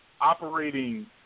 operating